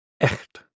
Echt